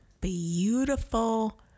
beautiful